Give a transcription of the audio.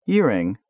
Earring